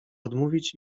odmówić